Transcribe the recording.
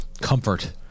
comfort